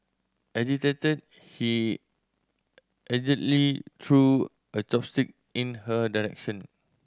agitated he allegedly threw a chopstick in her direction